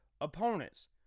opponents